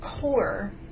core